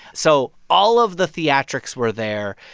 so all of the theatrics were there.